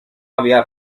había